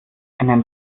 einen